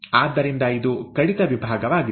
ಆದ್ದರಿಂದ ಇದು ಕಡಿತ ವಿಭಾಗವಾಗಿದೆ